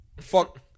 Fuck